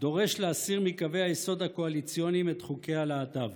דורש להסיר מקווי היסוד הקואליציוניים את חוקי הלהט"ב.